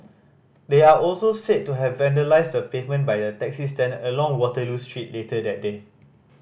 they are also said to have vandalised the pavement by a taxi stand along Waterloo Street later that day